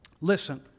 Listen